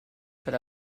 per